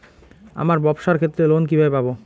আমার ব্যবসার ক্ষেত্রে লোন কিভাবে পাব?